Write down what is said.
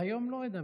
והיום לא אדבר.